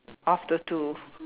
after two